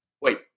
Wait